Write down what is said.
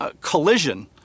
collision